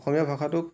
অসমীয়া ভাষাটোক